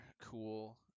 cool